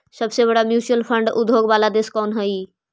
सबसे बड़े mutual fund उद्योग वाला देश कौन हई